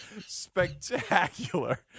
Spectacular